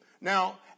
Now